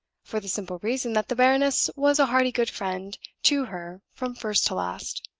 for the simple reason that the baroness was a hearty good friend to her from first to last.